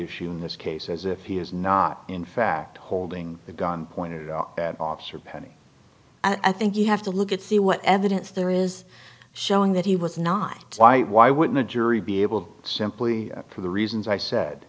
issue in this case as if he is not in fact holding a gun pointed at officer penny i think you have to look at see what evidence there is showing that he was not why why wouldn't a jury be able simply for the reasons i said